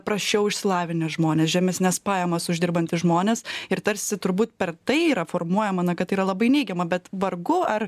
prasčiau išsilavinę žmonės žemesnes pajamas uždirbantys žmonės ir tarsi turbūt per tai yra formuojama na kad tai yra labai neigiama bet vargu ar